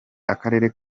akarere